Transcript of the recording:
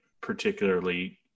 particularly